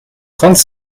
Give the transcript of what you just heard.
trente